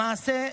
למעשה,